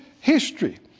history